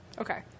Okay